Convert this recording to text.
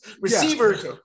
Receivers